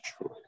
choice